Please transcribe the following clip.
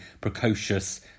precocious